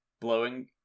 blowing